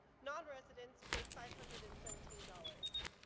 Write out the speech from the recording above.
nonresidents paid five hundred and seventeen dollars.